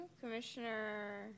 Commissioner